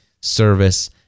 service